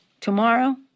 tomorrow